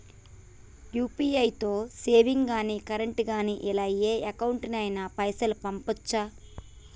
UPI తో savings గాని current గాని ఇలా ఏ అకౌంట్ కైనా పైసల్ పంపొచ్చా?